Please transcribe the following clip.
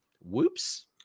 whoops